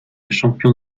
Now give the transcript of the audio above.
champion